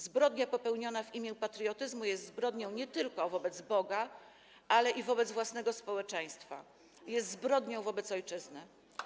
Zbrodnia popełniona w imię patriotyzmu jest zbrodnią nie tylko wobec Boga, ale i wobec własnego społeczeństwa - jest zbrodnią wobec ojczyzny.